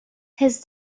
his